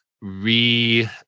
re